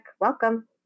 Welcome